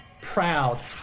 proud